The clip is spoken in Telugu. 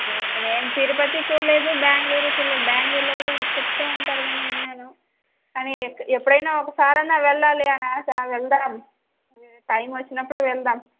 ఓకే నేను తిరుపతి చూడలేదు బెంగళూరు చూడలేదు బెంగళూరులో కూడా వీళ్ళు చెప్తూ ఉంటారు కానీ విన్నాను కానీ ఎప్పుడన్నా ఒకసారి అయినా వెళ్ళాలి అనే ఆశ వెళ్దాం టైం వచ్చినపుడు వెళ్దాం